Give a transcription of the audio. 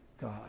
God